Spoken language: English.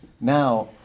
Now